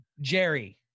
Jerry